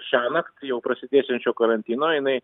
šiąnakt jau prasidėsiančio karantino jinai